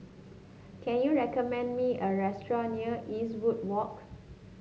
can you recommend me a restaurant near Eastwood Walk